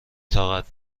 طاقت